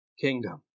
kingdom